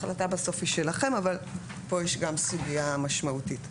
החלטה בסוף היא שלכם אבל פה יש גם סוגיה משמעותית.